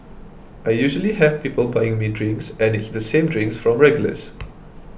I usually have people buying me drinks and it's the same drinks from regulars